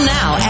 now